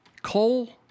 Coal